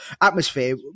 atmosphere